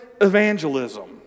evangelism